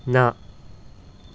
ना